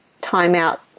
time-out